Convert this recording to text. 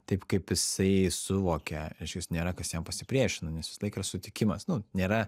taip kaip jisai suvokia išvis nėra kas jam pasipriešina nes visą laiką yra sutikimas nu nėra